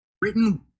Britain